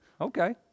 Okay